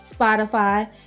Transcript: Spotify